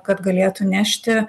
kad galėtų nešti